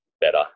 better